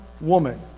woman